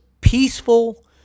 peaceful